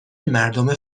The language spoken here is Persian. مردم